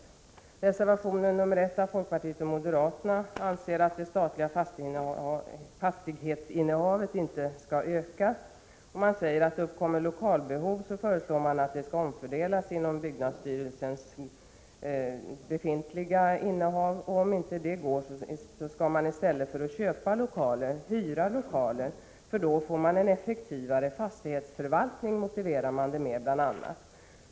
I reservation nr 1 från folkpartiet och moderata samlingspartiet framhålls uppfattningen att det statliga fastighetsinnehavet inte bör öka. Reservanterna föreslår att om lokalbehov uppkommer, skall byggnadsstyrelsen utnyttja befintligt innehav, och att om inte det går skall man, i stället för att köpa, hyra lokaler. Förslaget motiveras bl.a. med att man härigenom får en effektivare fastighetsförvaltning.